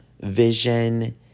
vision